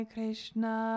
Krishna